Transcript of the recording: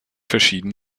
verschieden